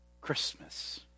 Christmas